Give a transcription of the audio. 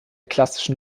klassischen